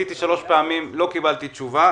אבל לא קיבלתי תשובה.